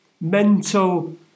mental